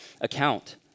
account